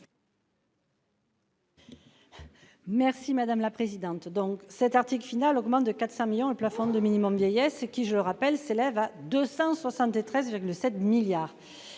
Merci madame la présidente. Donc cet article final augmente de 400 millions, le plafond du minimum vieillesse qui je le rappelle, s'élève à 273,7 milliards.